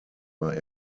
war